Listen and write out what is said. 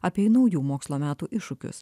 apie naujų mokslo metų iššūkius